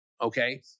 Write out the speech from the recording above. Okay